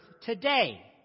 today